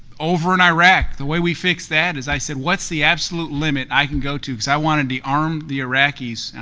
over in iraq, the way we fixed that is i said, what's the absolute limit i can go to? because i wanted to arm the iraqis, and